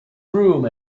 room